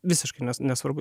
visiškai nesvarbu